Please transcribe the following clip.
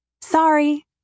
Sorry